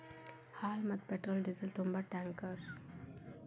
ಹಾಲ, ಮತ್ತ petrol diesel ತುಂಬು ಟ್ಯಾಂಕರ್